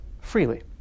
freely